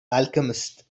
alchemist